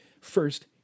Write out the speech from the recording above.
first